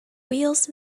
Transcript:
wheels